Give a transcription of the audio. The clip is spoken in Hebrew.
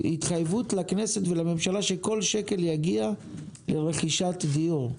התחייבות לכנסת ולממשלה שכל שקל יגיע לרכישת דיור.